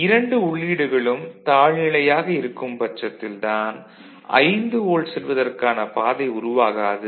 இரண்டு உள்ளீடுகளும் தாழ் நிலையாக இருக்கும் பட்சத்தில் தான் 5 வோல்ட் செல்வதற்கான பாதை உருவாகாது